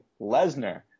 Lesnar